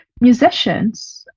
musicians